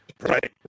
Right